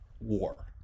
war